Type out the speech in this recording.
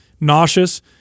nauseous